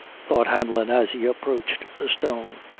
thought hanlon, as he approached the stone,